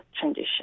transition